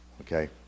okay